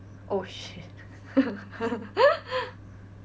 oh shit